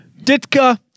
Ditka